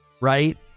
Right